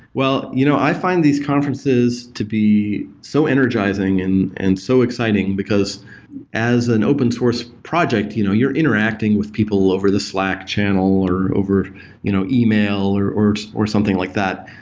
well, you know i find these conferences to be so energizing and and so exciting, because as an open source project, you know you're interacting with people over the slack channel or over you know email or or something like that.